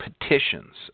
petitions